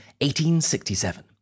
1867